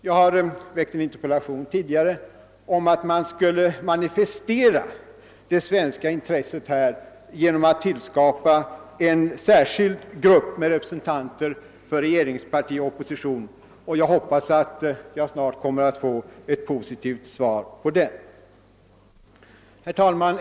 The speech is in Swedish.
Jag har tidigare väckt en interpellation om att man skulle manifestera det svenska intresset genom att skapa en särskild grupp med representanter för regeringsparti och opposition. Jag hoppas att jag snart skall få ett positivt svar på denna interpellation. Herr talman!